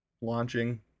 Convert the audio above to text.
launching